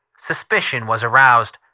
suspicion was aroused.